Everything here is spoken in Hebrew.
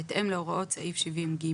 בהתאם להוראות סעיף 70ג,